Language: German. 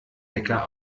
hacker